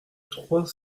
trois